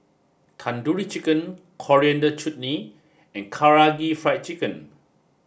Tandoori Chicken Coriander Chutney and Karaage Fried Chicken